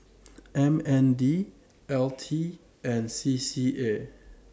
M N D L T and C C A